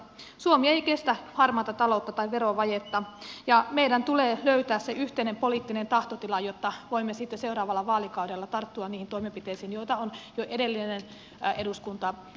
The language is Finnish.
suomi ei kestä harmaata taloutta tai verovajetta ja meidän tulee löytää se yhteinen poliittinen tahtotila jotta voimme sitten seuraavalla vaalikaudella tarttua niihin toimenpiteisiin joita on jo edellinen eduskunta linjannut